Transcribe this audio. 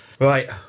Right